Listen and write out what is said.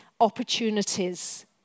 opportunities